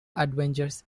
adventures